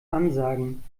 ansagen